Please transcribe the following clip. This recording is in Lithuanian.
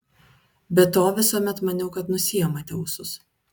be to visuomet maniau kad nusiimate ūsus